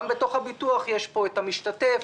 גם בתוך הביטוח יש פה את המשתתף,